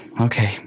okay